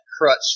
crutch